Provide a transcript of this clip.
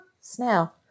snail